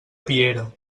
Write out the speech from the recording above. piera